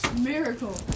Miracle